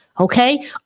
Okay